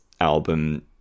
album